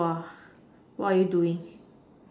what are you doing